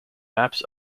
maps